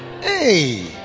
Hey